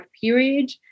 period